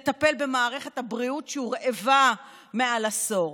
לטפל במערכת הבריאות שהורעבה מעל עשור.